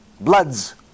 Bloods